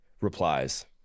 replies